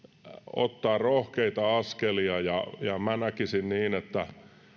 ottaa rohkeita askelia ja minä näkisin niin että